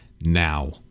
now